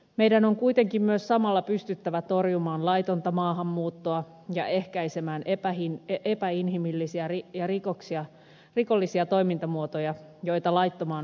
meidän on kuitenkin myös samalla pystyttävä torjumaan laitonta maahanmuuttoa ja ehkäisemään epäinhimillisiä ja rikollisia toimintamuotoja joita laittomaan maahanmuuttoon liittyy